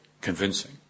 convincing